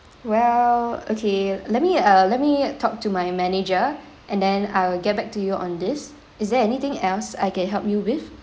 well okay let me uh let me talk to my manager and then I'll get back to you on this is there anything else I can help you with